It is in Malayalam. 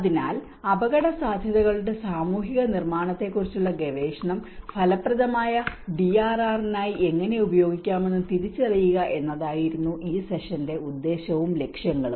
അതിനാൽ അപകടസാധ്യതകളുടെ സാമൂഹിക നിർമ്മാണത്തെക്കുറിച്ചുള്ള ഗവേഷണം ഫലപ്രദമായ ഡിആർആറിനായി എങ്ങനെ ഉപയോഗിക്കാമെന്ന് തിരിച്ചറിയുക എന്നതായിരുന്നു ഈ സെഷന്റെ ഉദ്ദേശവും ലക്ഷ്യങ്ങളും